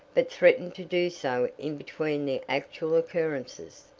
but threatened to do so in between the actual occurrences.